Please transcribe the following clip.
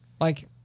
Like-